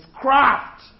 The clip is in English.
craft